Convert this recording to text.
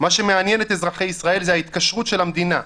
מה שמעניין את אזרחי ישראל ,זה ההתקשרות של המדינה,